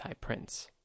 prince